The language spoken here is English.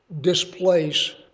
displace